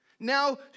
Now